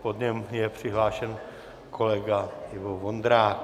Po něm je přihlášen kolega Ivo Vondrák.